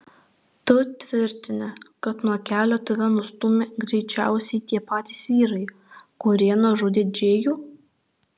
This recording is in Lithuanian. tu tvirtini kad nuo kelio tave nustūmė greičiausiai tie patys vyrai kurie nužudė džėjų